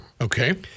Okay